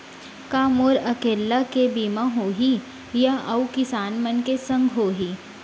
का मोर अकेल्ला के बीमा होही या अऊ किसान मन के संग होही?